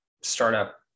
startup